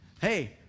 Hey